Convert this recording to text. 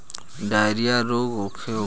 Diarrhoea रोग का होखे?